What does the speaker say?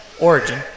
origin